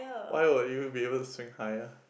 why will you be able to swing higher